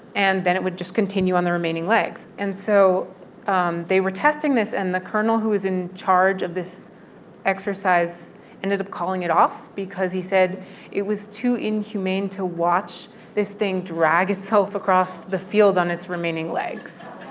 and then it would just continue on the remaining legs. and so um they were testing this. and the colonel who was in charge of this exercise ended up calling it off because he said it was too inhumane to watch this thing drag itself across the field on its remaining legs